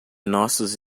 nossos